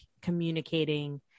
communicating